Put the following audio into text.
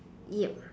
yup